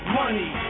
money